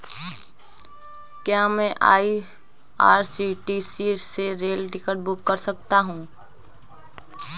क्या मैं आई.आर.सी.टी.सी से रेल टिकट बुक कर सकता हूँ?